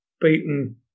beaten